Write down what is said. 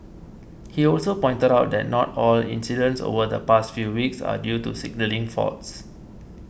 he also pointed out that not all incidents over the past few weeks are due to signalling faults